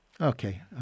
Okay